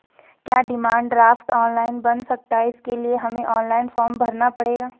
क्या demand draft online बन सकता है इसके लिए हमें ऑनलाइन फॉर्म भरना पड़ेगा?